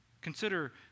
Consider